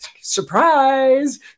surprise